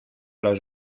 los